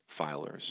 filers